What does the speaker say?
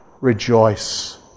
rejoice